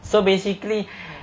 so basically